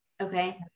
Okay